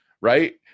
right